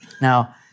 Now